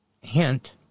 Hint